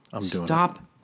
stop